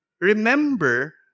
Remember